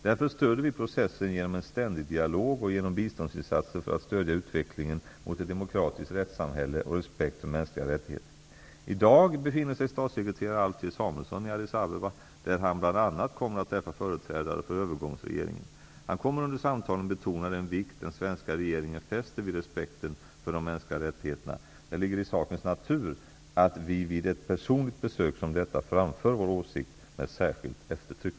Därför stöder vi processen genom en ständig dialog och genom biståndsinsatser för att stödja utvecklingen mot ett demokratiskt rättssamhälle och respekt för mänskliga rättigheter. Samuelsson i Addis Abeba, där han bl.a. kommer att träffa företrädare för övergångsregeringen. Han kommer under samtalen att betona den vikt som den svenska regeringen fäster vid respekten för de mänskliga rättigheterna. Det ligger i sakens natur att vi vid ett personligt besök som detta framför vår åsikt med särskilt eftertryck.